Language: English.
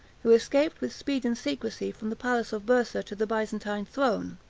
who escaped with speed and secrecy from the palace of boursa to the byzantine throne.